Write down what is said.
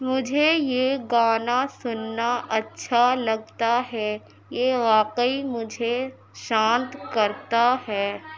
مجھے یہ گانا سننا اچھا لگتا ہے یہ واقعی مجھے شانت کرتا ہے